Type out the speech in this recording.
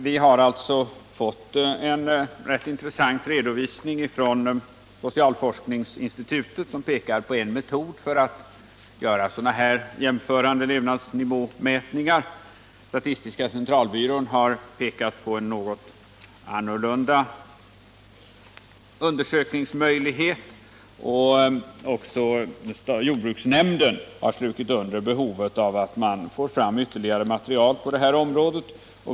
Vi har alltså fått en intressant redovisning från socialforskningsinstitutet som pekar på en metod för att göra sådana här jämförande levnadsnivåmätningar. Statistiska centralbyrån har pekat på en något annorlunda undersökningsmöjlighet, och också jordbruksnämnden har strukit under behovet av att man får fram ytterligare material på det här området.